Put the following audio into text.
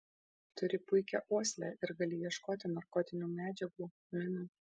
turi puikią uoslę ir gali ieškoti narkotinių medžiagų minų